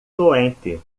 doente